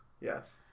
Yes